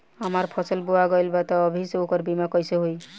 हमार फसल बोवा गएल बा तब अभी से ओकर बीमा कइसे होई?